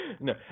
No